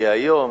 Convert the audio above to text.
כי היום